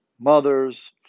mothers